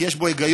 כי יש בו היגיון,